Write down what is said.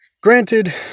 Granted